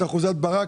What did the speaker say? אחוזת ברק,